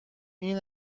این